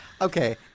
Okay